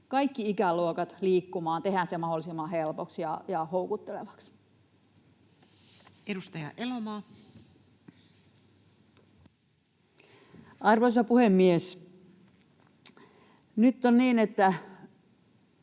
kaikki ikäluokat liikkumaan. Tehdään se mahdollisimman helpoksi ja houkuttelevaksi. Edustaja Elomaa. Arvoisa puhemies! Nyt on niin, että